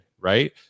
right